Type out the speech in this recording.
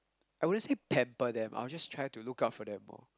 I wouldn't say pamper them I will just try to look out for them more